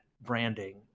branding